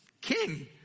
king